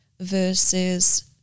versus